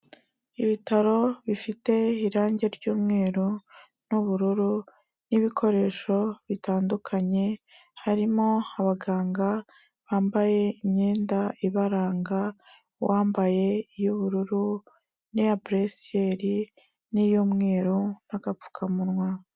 Ibitaro bifite irange ry'umweru n'ubururu n'ibikoresho bitandukanye, harimo abaganga bambaye imyenda ibaranga uwambaye iy'ubururu, n'iya buresiyeri, n'iy'umweru n'agapfukamunwa.